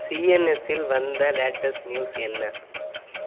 சிஎன்எஸ்சில் வந்த latest news என்ன